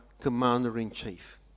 commander-in-chief